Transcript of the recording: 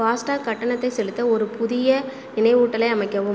FASTag கட்டணத்தைச் செலுத்த ஒரு புதிய நினைவூட்டலை அமைக்கவும்